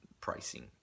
pricing